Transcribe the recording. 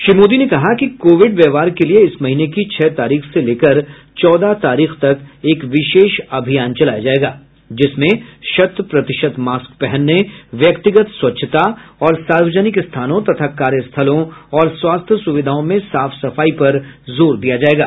श्री मोदी ने कहा कि कोविड व्यवहार के लिए इस महीने की छह तारीख से लेकर चौदह तारीख तक एक विशेष अभियान चलाया जाएगा जिसमें शत प्रतिशत मास्क पहनने व्यक्तिगत स्वच्छता और सार्वजनिक स्थानों तथा कार्यस्थलों और स्वास्थ्य सुविधाओं में साफ सफाई पर जोर दिया जाएगा